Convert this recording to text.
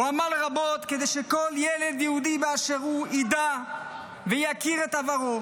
הוא עמל רבות כדי שכל ילד יהודי באשר הוא ידע ויכיר את עברו,